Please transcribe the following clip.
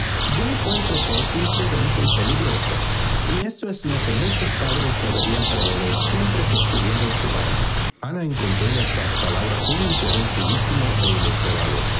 yo encuentro que es imprudente y peligroso y esto es lo que muchos padres debieran prevenir siempre que estuviera en su mano ana encontró en estas palabras un interés vios d i